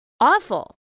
Awful